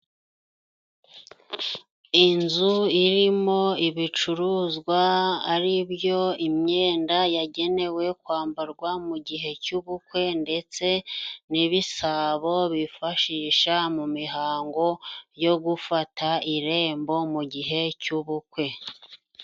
Inzu irimo ibicuruzwa ari byo imyenda yagenewe kwambarwa mu gihe cy'ubukwe ndetse n'ibisabo bifashisha mu mihango yo gufata irembo mu gihe cy'ubukwe.